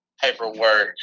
paperwork